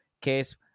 case